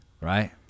right